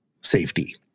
safety